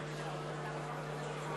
אנחנו הצבענו,